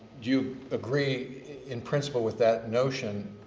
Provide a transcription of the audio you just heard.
you agree in principle with that notion,